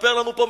מספר לנו פה,